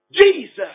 Jesus